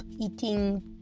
eating